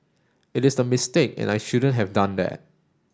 it is a mistake and I shouldn't have done that